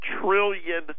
trillion